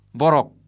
borok